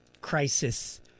crisis